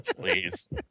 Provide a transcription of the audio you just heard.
please